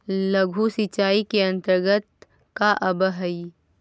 लघु सिंचाई के अंतर्गत का आव हइ?